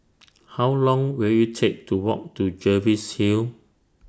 How Long Will IT Take to Walk to Jervois Hill